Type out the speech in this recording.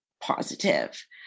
positive